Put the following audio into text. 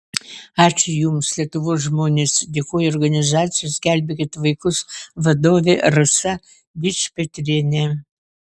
ačiū jums lietuvos žmonės dėkojo organizacijos gelbėkit vaikus vadovė rasa dičpetrienė